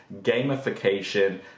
gamification